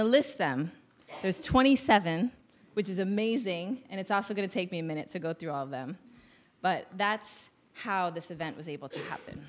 to list them there's twenty seven which is amazing and it's also going to take me a minute to go through all of them but that's how this event was able to happen